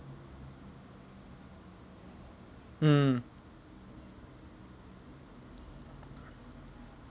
mm